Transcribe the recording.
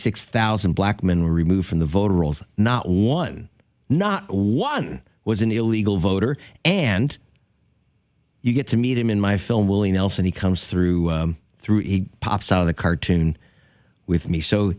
six thousand black men were removed from the voter rolls not one not one was an illegal voter and you get to meet him in my film willing nelson he comes through through he pops out of the cartoon with me so